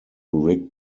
rick